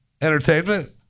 entertainment